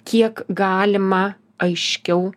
kiek galima aiškiau